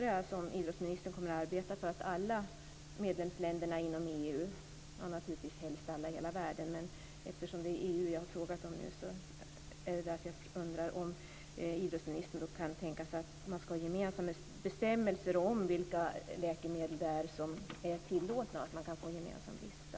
Jag undrar om idrottsministern kommer att arbeta för att alla medlemsländer inom EU - naturligtvis helst i alla länder i hela världen, men nu har jag frågat om EU - skall ha gemensamma bestämmelser om vilka läkemedel som är tillåtna och ha en gemensam lista.